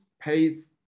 pays